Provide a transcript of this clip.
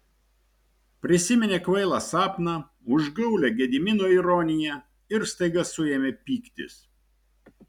prisiminė kvailą sapną užgaulią gedimino ironiją ir staiga suėmė pyktis